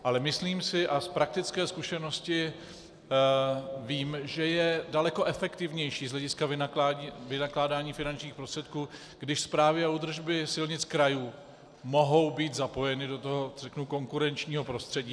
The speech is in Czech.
Ale myslím si a z praktické zkušenosti vím, že je daleko efektivnější z hlediska vynakládání finančních prostředků, když správy a údržby silnic krajů mohou být zapojeny do toho konkurenčního prostředí.